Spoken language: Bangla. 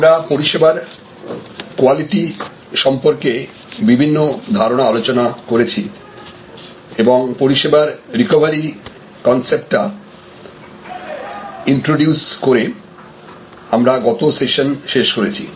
আমরা পরিষেবার কোয়ালিটি সম্পর্কে বিভিন্ন ধারণা আলোচনা করেছি এবং পরিষেবার রিকোভারি কনসেপ্টটা ইন্ট্রোডিউস করে আমরা গত সেশন শেষ করেছি